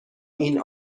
این